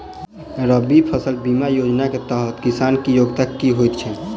रबी फसल बीमा योजना केँ तहत किसान की योग्यता की होइ छै?